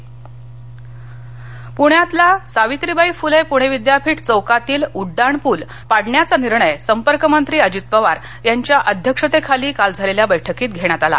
पल पाडणार पूण्यातला सावित्राबाई फुले पूणे विद्यपीठ चौकातील उड्डाणपूल पाडण्याचा निर्णय संपर्कमंत्री अजित पवार यांच्या अध्यक्षतेखाली काल झालेल्या बैठकीत घेण्यात आला